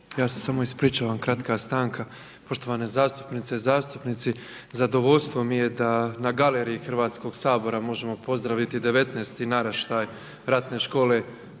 ja se samo ispričavam kratka stanka. Poštovane zastupnice i zastupnici, zadovoljstvo mi je da na galeriji Hrvatskog sabora možemo pozdraviti devetnaesti naraštaj Ratne škole